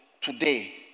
today